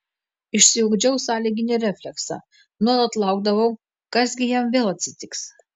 išsiugdžiau sąlyginį refleksą nuolat laukdavau kas gi jam vėl atsitiks